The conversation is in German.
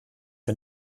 für